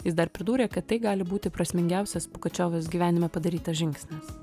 jis dar pridūrė kad tai gali būti prasmingiausias pugačiovos gyvenime padarytas žingsnis